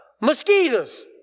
mosquitoes